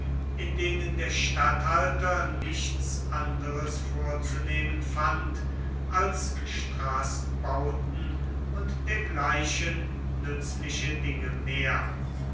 in denen der statthalter nichts anderes vorzunehmen fand als straßenbauten und dergleichen nützliche dinge mehr